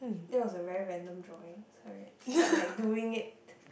that was a very random drawing sorry just felt like doing it